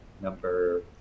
number